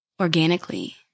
organically